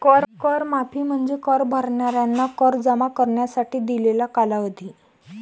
कर माफी म्हणजे कर भरणाऱ्यांना कर जमा करण्यासाठी दिलेला कालावधी